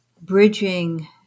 bridging